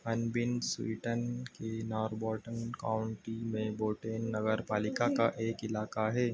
Unbyn Sweden की Norrbotten county में Boden नगर पालिका का एक इलाका है